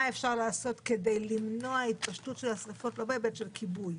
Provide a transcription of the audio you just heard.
מה אפשר לעשות כדי למנוע התפשטות של השריפות לא בהיבט של כיבוי,